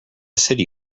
city